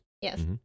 yes